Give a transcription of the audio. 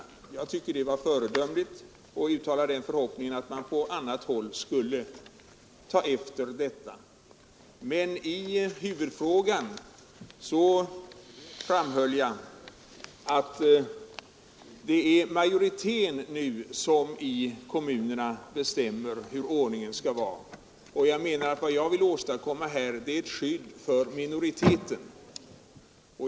Jag tyckte att det var föredömligt och uttalade förhoppningen att man på 31 annat håll skulle ta efter detta. Men i huvudfrågan framhöll jag att det är majoriteten i kommunerna som bestämmer hur ordningen skall vara. Vad jag vill åstadkomma här är ett skydd för minoriteten.